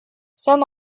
some